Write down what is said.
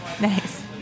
Nice